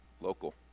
local